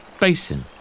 basin